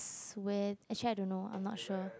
s~ where actually I don't know I'm not sure